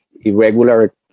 irregular